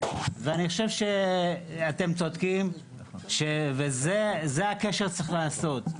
ואני חושב שאתם צודקים וזה הקשר שצריך לעשות,